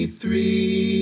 three